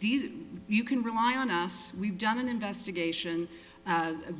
these you can rely on us we've done an investigation